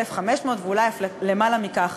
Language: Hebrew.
1,500 שקלים ואולי אף למעלה מכך,